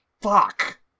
fuck